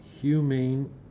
humane